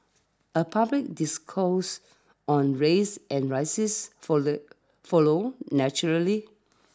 a public discourse on race and rises follow follows naturally